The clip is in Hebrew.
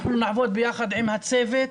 אנחנו נעבוד יחד עם הצוות,